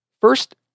First